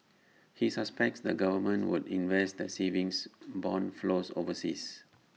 he suspects the government would invest the savings Bond flows overseas